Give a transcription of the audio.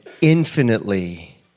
infinitely